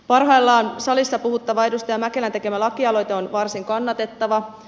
parhaillaan salissa puhuttava edustaja mäkelän tekemä lakialoite on varsin kannatettava